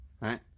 right